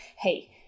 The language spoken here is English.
Hey